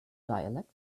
dialect